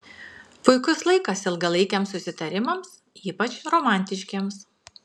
puikus laikas ilgalaikiams susitarimams ypač romantiškiems